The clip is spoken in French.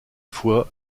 fois